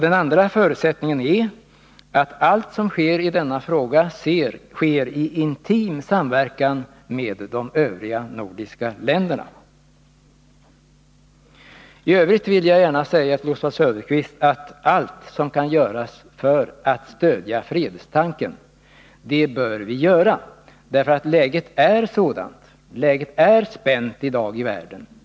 Den andra förutsättningen är att allt som sker i denna fråga sker i intim samverkan med de övriga nordiska länderna. I övrigt vill jag gärna säga till Oswald Söderqvist att allt som kan göras för att stödja fredstanken bör vi göra, för läget är spänt i dag i världen.